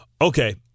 Okay